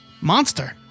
monster